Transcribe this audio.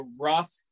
rough